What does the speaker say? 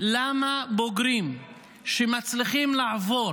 למה בוגרים שמצליחים לעבור